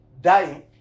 dying